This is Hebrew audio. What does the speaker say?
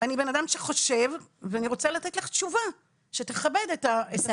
אני בן אדם שחושב ואני רוצה לתת לך תשובה שתכבד -- בסדר,